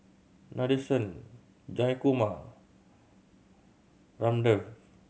Nadesan Jayakumar Ramdev